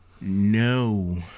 No